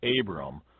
Abram